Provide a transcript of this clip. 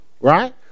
right